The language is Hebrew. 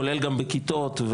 כולל בכיתות,